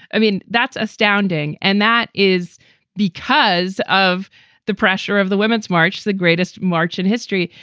i mean, that's astounding. and that is because of the pressure of the women's march, the greatest march in history.